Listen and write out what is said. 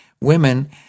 Women